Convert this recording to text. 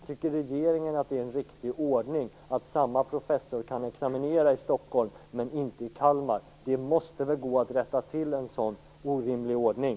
Tycker regeringen att det är en riktig ordning att en viss professor kan examinera i Stockholm men inte i Kalmar? En sådan orimlig ordning måste väl gå att rätta till.